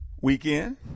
weekend